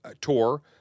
tour